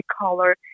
color